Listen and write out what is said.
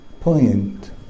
point